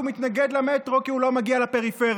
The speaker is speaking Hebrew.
מתנגד למטרו כי הוא לא מגיע לפריפריה,